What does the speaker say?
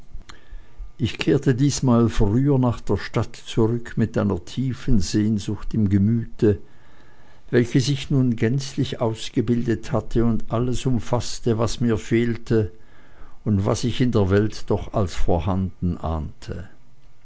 ich kehrte diesmal früher nach der stadt zurück mit einer tiefen sehnsucht im gemüte welche sich nun gänzlich ausgebildet hatte und alles umfaßte was mir fehlte und was ich in der welt doch als vorhanden ahnte